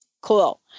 Cool